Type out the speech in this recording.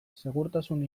segurtasun